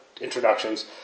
introductions